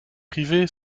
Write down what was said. privé